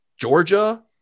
georgia